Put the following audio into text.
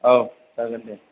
औ जागोन दे